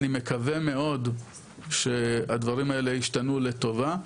אני מקווה מאוד שהדברים האלה ישתנו לטובה.